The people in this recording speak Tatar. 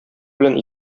белән